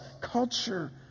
culture